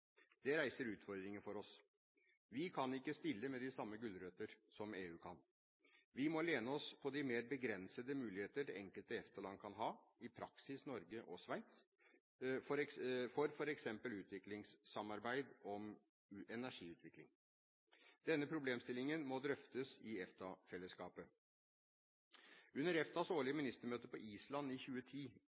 Det reiser utfordringer for oss. Vi kan ikke stille med de samme gulrøtter som EU kan. Vi må lene oss på de mer begrensede muligheter det enkelte EFTA-land kan ha, i praksis Norge og Sveits, for f.eks. utviklingssamarbeid om energiutvikling. Denne problemstillingen må drøftes i EFTA-fellesskapet. Under EFTAs årlige ministermøte på Island i 2010